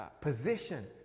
position